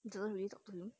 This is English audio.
he doesn't really talk to you